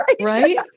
Right